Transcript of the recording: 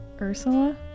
Ursula